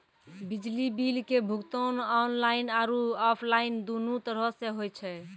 बिजली बिल के भुगतान आनलाइन आरु आफलाइन दुनू तरहो से होय छै